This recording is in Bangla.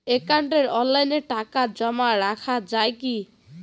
একাউন্টে অনলাইনে টাকা জমা রাখা য়ায় কি?